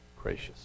gracious